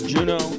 Juno